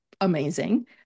amazing